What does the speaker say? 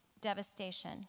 devastation